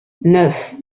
neuf